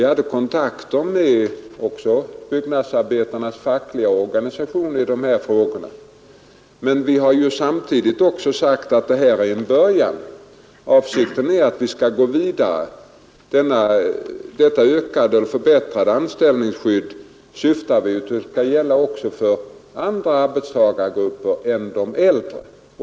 Vi hade kontakter i dessa frågor också med byggnadsarbetarnas fackliga organisationer. Men vi har samtidigt sagt att detta är en början: avsikten är att vi skall ga vidare. Vi syftar till att detta förbättrade anställningsskydd skall gälla också för andra arbetstagargrupper än de äldre.